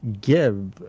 give